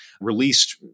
released